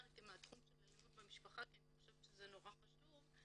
בתחום של אלימות במשפחה כי זה מאוד חשוב.